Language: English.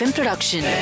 Production